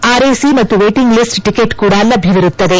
RAC ಮತ್ತು waiting list ticket ಕೂಡ ಲಭ್ಯವಿರುತ್ತದೆ